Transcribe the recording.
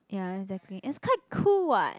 ya exactly it's quite cool [what]